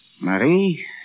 Marie